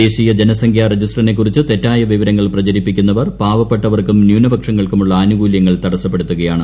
ദേശീയ ജനസംഖ്യ രജിസ്റ്ററിനെക്കുറിച്ച് തെറ്റായ വിവരങ്ങൾ പ്രചരിപ്പിക്കുന്നവർ പാവപ്പെട്ടവർക്കും ന്യൂനപക്ഷങ്ങൾക്കുമുള്ള ആനുകൂല്യങ്ങൾ തടസ്സപ്പെടുത്തുകയാണ്